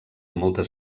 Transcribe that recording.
moltes